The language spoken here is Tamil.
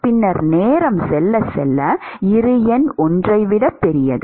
பின்னர் நேரம் செல்ல செல்ல இரு எண் 1 ஐ விட பெரியது